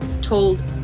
told